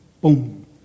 boom